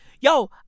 yo